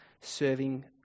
serving